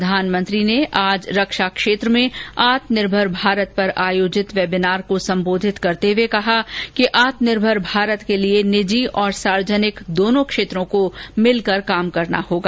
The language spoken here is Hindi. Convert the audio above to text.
प्रधानमंत्री ने आज रक्षा क्षेत्र में आत्मनिर्भर भारत पर आयोजित वेबिनार को संबोधित करते हुए कहा कि आत्मनिर्भर भारत के लिए निजी और सार्वजनिक दोनों क्षेत्रों को मिलकर काम करना होगा